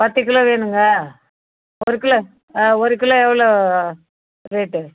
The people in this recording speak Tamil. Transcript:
பத்துக் கிலோ வேணுங்க ஒரு கிலோ ஆ ஒரு கிலோ எவ்வளோ ரேட்டு